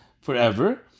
forever